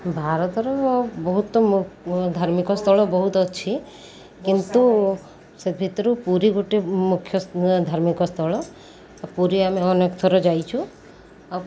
ଭାରତର ବହୁତ ଧାର୍ମିକ ସ୍ଥଳ ବହୁତ ଅଛି କିନ୍ତୁ ସେ ଭିତରୁ ପୁରୀ ଗୋଟେ ମୁଖ୍ୟ ଧାର୍ମିକ ସ୍ଥଳ ପୁରୀ ଆମେ ଅନେକଥର ଯାଇଛୁ ଆଉ